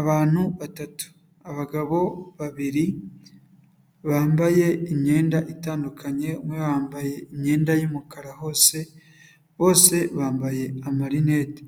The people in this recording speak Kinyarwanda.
Abantu batatu abagabo babiri bambaye imyenda itandukanye, umwe yambaye imyenda y'umukara hose, bose bambaye amarineti,